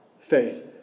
faith